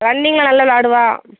ரன்னிங்கில் நல்லா விளாடுவாள்